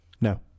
No